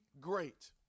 great